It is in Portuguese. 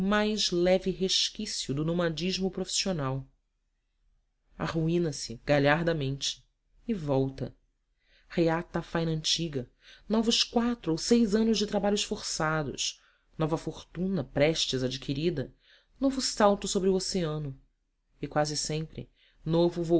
mais leve resquício do nomadismo profissional arruína se galhardamente e volta reata a faina antiga novos quatro ou seis anos de trabalhos forçados nova fortuna prestes adquirida novo salto sobre o oceano e quase sempre novo